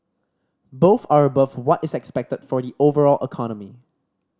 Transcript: both are above what is expected for the overall economy